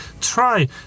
try